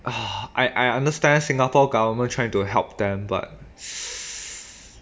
I I I understand singapore government trying to help them but